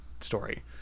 story